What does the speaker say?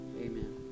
amen